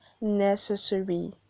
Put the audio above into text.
necessary